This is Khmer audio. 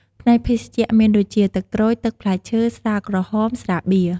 ផ្នែកភេសជ្ជៈ មានដូចជា ទឹកក្រូច ទឹកផ្លែឈើ ស្រាក្រហម ស្រាបៀរ...។